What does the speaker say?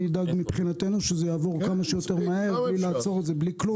אדאג מבחינתנו שזה יעבור כמה שיותר מהר בלי לעצור את זה בלי כלום.